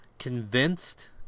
convinced